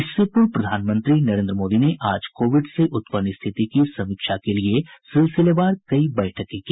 इससे पूर्व प्रधानमंत्री नरेन्द्र मोदी ने आज कोविड से उत्पन्न स्थिति की समीक्षा के लिये सिलसिलेवार कई बैठकें की